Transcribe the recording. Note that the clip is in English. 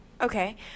okay